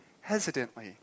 hesitantly